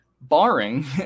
Barring